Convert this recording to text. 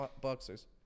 boxers